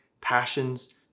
passions